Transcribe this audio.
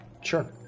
Sure